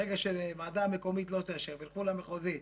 ברגע שהוועדה המקומית לא תאשר וילכו למחוזית,